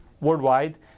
worldwide